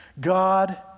God